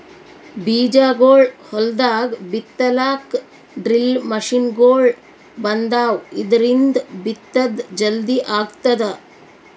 ಬೀಜಾಗೋಳ್ ಹೊಲ್ದಾಗ್ ಬಿತ್ತಲಾಕ್ ಡ್ರಿಲ್ ಮಷಿನ್ಗೊಳ್ ಬಂದಾವ್, ಇದ್ರಿಂದ್ ಬಿತ್ತದ್ ಜಲ್ದಿ ಆಗ್ತದ